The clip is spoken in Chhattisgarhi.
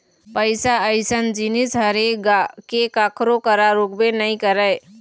पइसा अइसन जिनिस हरे गा के कखरो करा रुकबे नइ करय